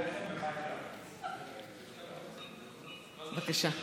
בבקשה.